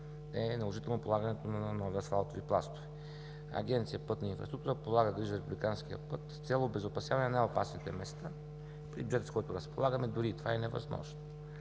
е наложително полагането на нови асфалтови пластове. Агенция „Пътна инфраструктура“ полага грижа за републиканския път с цел обезопасяване на най-опасните места. При бюджета, с който разполагаме, дори и това е невъзможно.